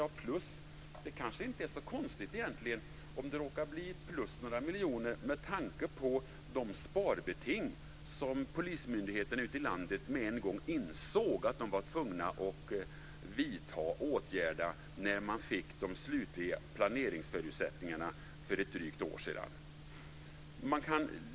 Det kanske egentligen inte är så konstigt att det råkar bli plus med några miljoner med tanke på sparbetingen för polismyndigheterna ute i landet. De insåg med en gång att de var tvungna att vidta åtgärder när de fick de slutliga planeringsförutsättningarna för drygt ett år sedan.